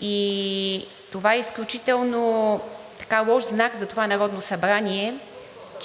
и това е изключително лош знак за това Народно събрание –